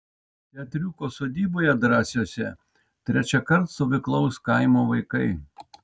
teatriuko sodyboje drąsiuose trečiąkart stovyklaus kaimo vaikai